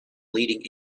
leading